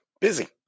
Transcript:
Busy